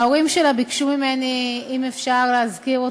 וההורים שלה ביקשו ממני אם אפשר להזכיר אותה,